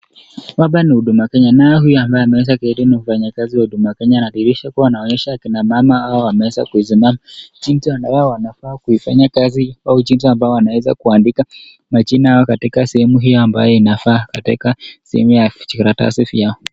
Hapa ni huduma Kenya naye huyu ambaye ameweza keti ni mfanyikazi wa huduma Kenya anadhihirisha kuwa anaonyesha kina mama hawa wameweza kusimama jinzi na hao wanafaa kuifanya kazi au jinsi ambayo wanaweza kuandika majina katika sehemu hii ambayo inafaa katika sehemu ya vijikaratasi vyao.